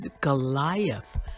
Goliath